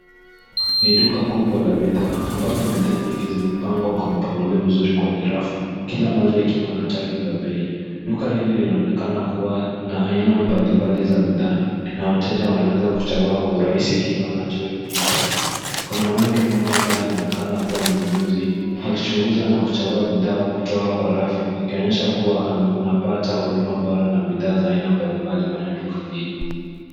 Ni duka kubwa la bidhaa ambapo bidhaa nyingi zimepangwa kwa mpangilio mzuri kwenye rafu. Kila moja ikiwa na tagi za bei. Duka hili linaonekana kuwa na aina mbalimbali za bidhaa na wateja wanaweza kuchagua kwa urahisi kile wanachohitaji. Kuna mwanamke mmoja ambaye anaonekana kuwa mnunuzi akichunguza na kuchagua bidhaa kutoka kwa rafu, akionyesha kuwa anapata huduma bora na bidhaa za mbalimbali kwenye duka hilo.